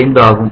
5 ஆகும்